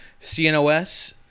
cnos